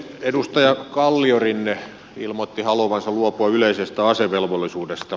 edustaja kalliorinne ilmoitti haluavansa luopua yleisestä asevelvollisuudesta